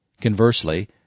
Conversely